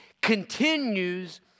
continues